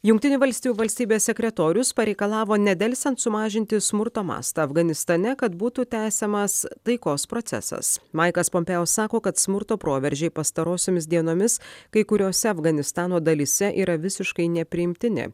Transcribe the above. jungtinių valstijų valstybės sekretorius pareikalavo nedelsiant sumažinti smurto mastą afganistane kad būtų tęsiamas taikos procesas maiklas pompėjo sako kad smurto proveržiai pastarosiomis dienomis kai kuriose afganistano dalyse yra visiškai nepriimtini